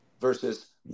versus